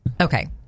Okay